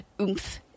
oomph